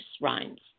rhymes